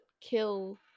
kill